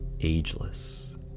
Ageless